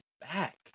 back